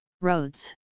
Roads